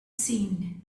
seen